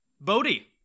Bodhi